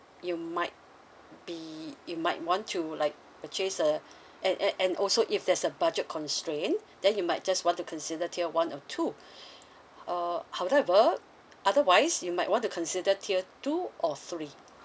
you might be you might want to like purchase a and and and also if there's a budget constraint then you might just want to consider tier one or two uh however otherwise you might want to consider tier two or three